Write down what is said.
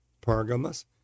Pergamos